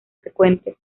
frecuentes